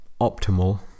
optimal